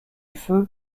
feu